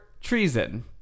treason